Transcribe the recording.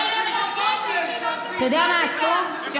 גם אנחנו, רובוטים.